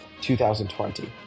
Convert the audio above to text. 2020